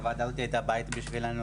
הוועדה הזאת הייתה בית בשבילנו,